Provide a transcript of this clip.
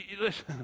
Listen